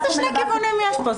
איזה שני כיוונים יש פה?